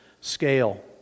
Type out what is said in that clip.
scale